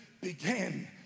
began